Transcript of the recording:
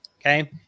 Okay